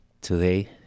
Today